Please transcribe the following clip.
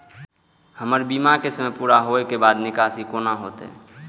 हमर बीमा के समय पुरा होय के बाद निकासी कोना हेतै?